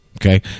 okay